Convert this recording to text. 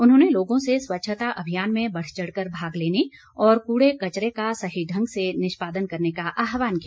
उन्होंने लोगों से स्वच्छता अभियान में बढ़चढ़ कर भाग लेने और कूड़े कचरे का सही ढंग से निष्पादन करने का आहवान किया